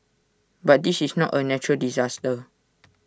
but this is not A natural disaster